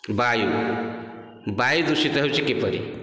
ବାୟୁ ବାୟୁ ଦୂଷିତ ହେଉଛି କିପରି